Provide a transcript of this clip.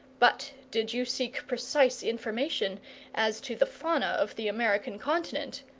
but did you seek precise information as to the fauna of the american continent,